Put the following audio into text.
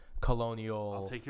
colonial